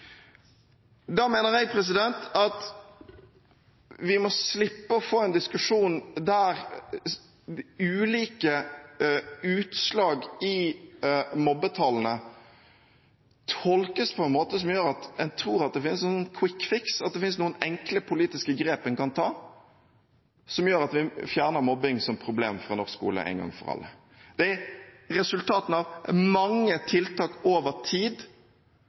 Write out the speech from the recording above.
Jeg mener vi må slippe å få en diskusjon der ulike utslag i mobbetallene tolkes på en måte som gjør at en tror det finnes en «quick fix», og at det finnes noen enkle politiske grep som gjør at en fjerner mobbing som problem i norsk skole en gang for alle. Det er resultatene av mange tiltak over tid